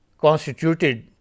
constituted